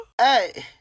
Hey